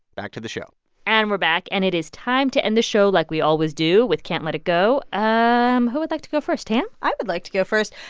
back to the show and we're back. and it is time to end the show like we always do, with can't let it go. um who would like to go first? tam? i would like to go first.